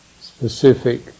specific